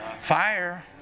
fire